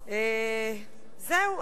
זהו.